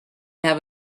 have